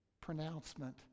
pronouncement